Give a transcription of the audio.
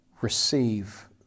receive